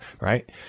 right